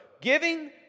Giving